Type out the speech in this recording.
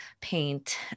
paint